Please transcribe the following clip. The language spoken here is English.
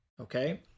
okay